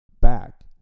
back